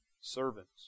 Servants